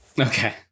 Okay